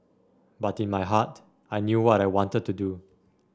but in my heart I knew what I wanted to do